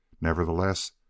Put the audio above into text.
Nevertheless